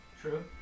True